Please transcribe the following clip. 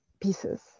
pieces